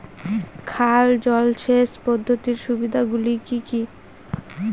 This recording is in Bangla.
খাল জলসেচ পদ্ধতির সুবিধাগুলি কি কি?